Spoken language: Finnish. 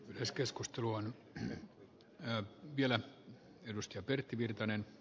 yleiskeskusteluun hän näytti vielä kannusta pertti hyvä